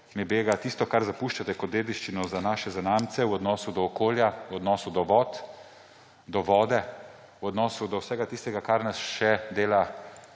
pa bega tisto, kar zapuščate kot dediščino za naše zanamce v odnosu do okolja, v odnosu do vode, v odnosu do vsega tistega, kar nas še dela